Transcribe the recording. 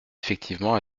effectivement